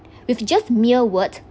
with just mere word